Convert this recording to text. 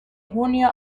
junio